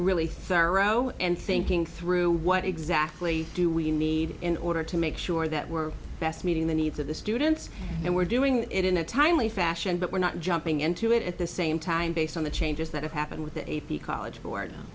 really thorough and thinking through what exactly do we need in order to make sure that we're best meeting the needs of the students and we're doing it in a timely fashion but we're not jumping into it at the same time based on the changes that have happened with the a p college bo